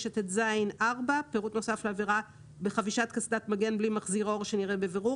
50ב139טז(3)ד 50ב239טז(4)בחבישת קסדת מגן בלי מחזיר אורב שנראה בבירור